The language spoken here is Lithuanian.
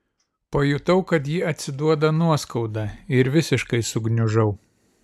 pajutau kad ji atsiduoda nuoskauda ir visiškai sugniužau